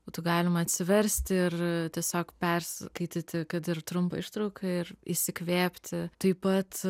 būtų galima atsiversti ir tiesiog perskaityti kad ir trumpą ištrauką ir įsikvėpti taip pat